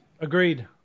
Agreed